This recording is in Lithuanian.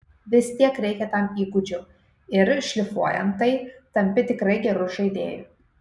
vistiek reikia tam įgūdžių ir šlifuojant tai tampi tikrai geru žaidėju